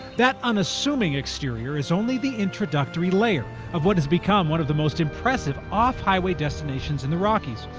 that unassuming exterior is only the introductory layer of what has become one of the most impressive off-highway destinations in the rockies,